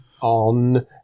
on